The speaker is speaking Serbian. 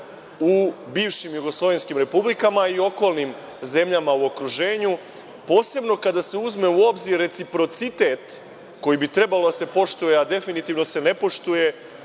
u bivšim jugoslovenskim republikama i okolnim zemljama u okruženju, posebno kada se uzme u obzir reciprocitet koji bi trebalo da se poštuje, a definitivno se ne poštuje